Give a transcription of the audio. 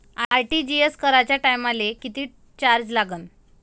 RTGS कराच्या टायमाले किती चार्ज लागन?